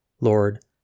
Lord